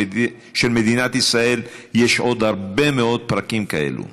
מדינת ישראל יש עוד הרבה מאוד פרקים כאלו,